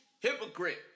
hypocrite